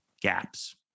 gaps